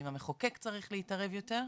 האם המחוקק צריך להתערב יותר?